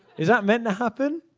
is that meant to happen?